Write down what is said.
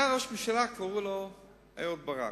היה ראש ממשלה, קראו לו אהוד ברק.